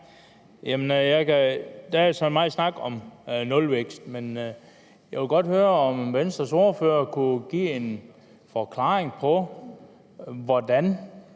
Der er så megen snak om nulvækst. Jeg vil godt høre, om Venstres ordfører kunne give en forklaring på, hvordan